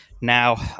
Now